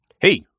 Hey